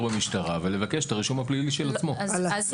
במשטרה ולבקש את הרישום הפלילי של עצמו.